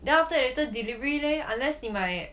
then after that later delivery leh 你买